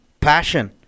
passion